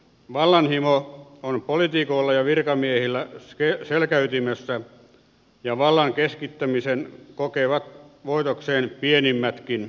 vallanhimo on poliitikoilla ja virkamiehillä selkäytimessä ja vallan keskittämisen kokevat voitokseen pienimmätkin nilkit